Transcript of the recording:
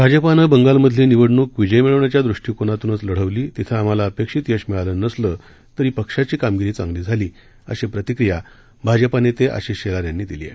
भाजपानं बंगालमधली निवडणूक विजय मिळवण्याच्या दृष्टीकोनानंच लढवली तिथे आम्हाला अपेक्षित यश मिळालं नसलं तरी पक्षाची कामगिरी चांगली झाली अशी प्रतिक्रिया भाजपाचे नेते आशिष शेलार यांनी दिली आहे